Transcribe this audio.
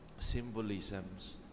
Symbolisms